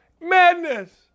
Madness